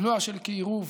מנוע של קירוב,